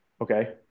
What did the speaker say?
okay